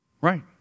Right